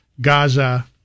gaza